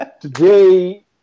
today